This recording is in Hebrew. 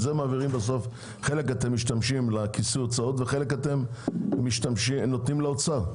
חלק אתם משתמשים לכיסוי הוצאות וחלק נותנים לאוצר.